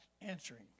answering